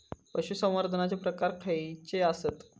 पशुसंवर्धनाचे प्रकार खयचे आसत?